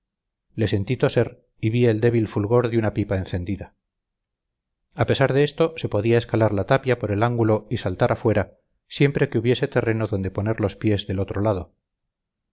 le sentí toser y vi el débil fulgor de una pipa encendida a pesar de esto se podía escalar la tapia por el ángulo y saltar afuera siempre que hubiese terreno donde poner los pies del otro lado